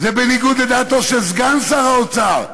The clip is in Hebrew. זה בניגוד לדעתו של סגן שר האוצר,